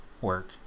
work